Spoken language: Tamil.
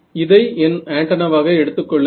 இதை என் ஆண்டனா ஆக எடுத்துக் கொள்ளுங்கள்